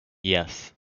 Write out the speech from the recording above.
yes